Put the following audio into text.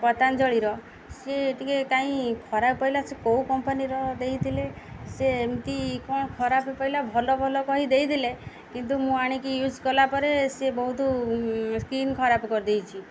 ପତଞ୍ଜଳିର ସେ ଟିକେ କାହିଁ ଖରାପ ପଡ଼ିଲା ସେ କେଉଁ କମ୍ପାନୀର ଦେଇଥିଲେ ସେ ଏମିତି କ'ଣ ଖରାପ ପଡ଼ିଲା ଭଲ ଭଲ କହି ଦେଇଥିଲେ କିନ୍ତୁ ମୁଁ ଆଣିକି ୟୁଜ୍ କଲା ପରେ ସେ ବହୁତ ସ୍କିନ୍ ଖରାପ କରିଦେଇଛିି